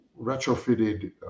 retrofitted